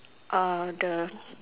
uh the